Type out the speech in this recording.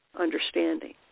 understanding